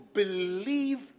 believe